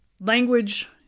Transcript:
language